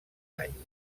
anys